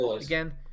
again